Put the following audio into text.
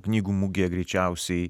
knygų mugėje greičiausiai